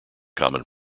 common